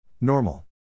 Normal